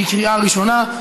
בקריאה ראשונה,